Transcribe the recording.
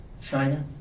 China